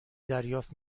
دریافت